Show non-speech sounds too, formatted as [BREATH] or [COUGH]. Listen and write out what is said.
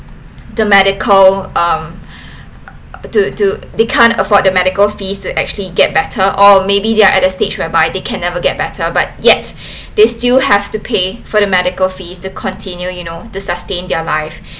the medical um [BREATH] do do they can't afford their medical fees to actually get better or maybe they are at a stage whereby they can never get better but yet they still have to pay for their medical fees to continue you know to sustain their life